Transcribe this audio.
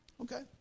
Okay